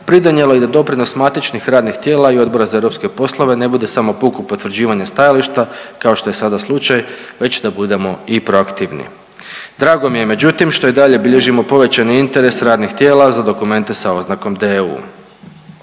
pridonijelo i da doprinos matičnih radnih tijela i Odbora za europske poslove ne bude samo puko potvrđivanje stajališta kao što je sada slučaj već da budemo i proaktivni. Drago mi je međutim što i dalje bilježimo povećani interes radnih tijela za dokumente sa oznakom DEU.